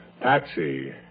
Patsy